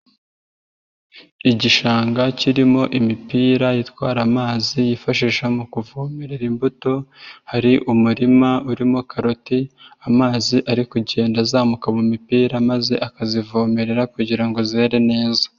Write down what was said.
Igishanga kirimo imipira itwara amazi yifashisha mu kuvomerera imbuto hari umurima urimo karoti, amazi ari kugenda azamuka mu mipira maze akazivomerera kugira ngo zere neza.